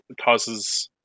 causes